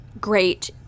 great